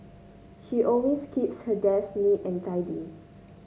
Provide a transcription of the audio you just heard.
she always keeps her desk neat and tidy